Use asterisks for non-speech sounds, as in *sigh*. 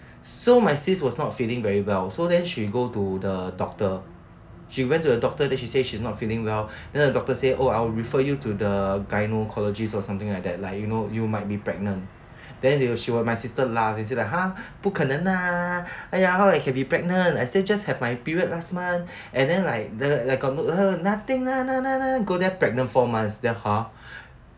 so my sis was not feeling very well so then she go to the doctor she went to the doctor then she say she's not feeling well then the doctor say oh I will refer you to the gynaecologist or something like that like you know you might be pregnant then they will she will my sister laugh then say like !huh! 不可能啦 !aiya! how I can be pregnant I say just have my period last month and then like the nothing *noise* then go there pregnant four months then !huh!